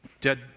dead